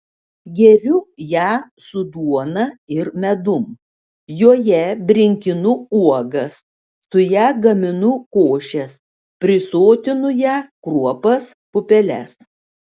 geriu ją su duona ir medum joje brinkinu uogas su ja gaminu košes prisotinu ja kruopas pupeles